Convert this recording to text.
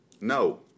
No